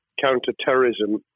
counter-terrorism